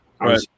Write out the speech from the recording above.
Right